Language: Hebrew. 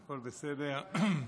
הכול בסדר.